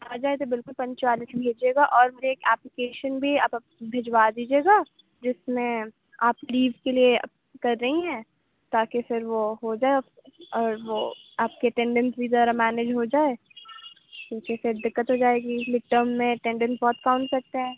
آجائیں تو بالکل لیجیے گا اور ایک اپلکیشن بھی آپ اپنی بھجوا دیجیے گا جس میں آپ لیو کے لیے اپلائی کر رہی ہیں تاکہ پھر وہ ہوجائے اور وہ آپ کے اٹنڈنس بھی ذرا مینیج ہو جائے کیوں کہ پھر دقت ہوجائے گی مڈ ٹرم میں اٹنڈنس بہت کام کرتا ہے